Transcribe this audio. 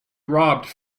robbed